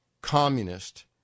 communist